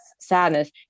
sadness